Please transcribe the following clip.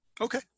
okay